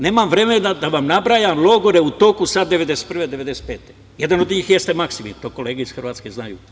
Nemam vremena da vam nabrajam logore u toku sada 1991-1995 godine, jedan od njih jeste Maksimir i to kolege iz Hrvatske znaju.